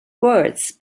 words